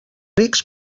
rics